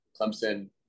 Clemson